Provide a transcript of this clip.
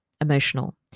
emotional